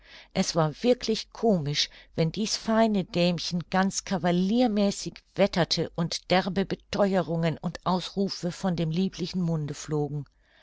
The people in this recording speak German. es war wirklich komisch wenn dies feine dämchen ganz cavaliermäßig wetterte und derbe betheuerungen und ausrufe von dem lieblichen munde flogen